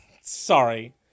Sorry